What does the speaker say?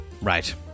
Right